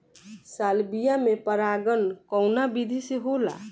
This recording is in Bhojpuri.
सालविया में परागण कउना विधि से होला?